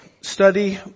study